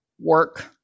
work